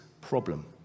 problem